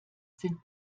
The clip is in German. sind